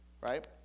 right